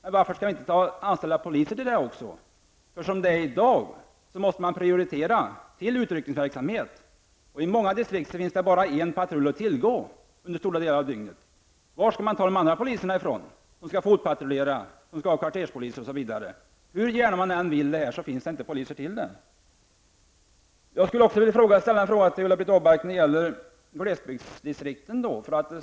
Skall vi inte anställa poliser till dessa olika saker också? I dag måste prioriteringar göras till förmån för utryckningsverksamheten. I många distrikt finns det bara en patrull att tillgå under stora delar av dygnet. Var skall de andra poliserna komma ifrån, dvs. de som skall fotpatrullera, kvarterspoliserna osv.? Hur gärna man än vill göra allt detta finns det inte poliser. Vidare har vi frågan om glesbygdsdistrikten.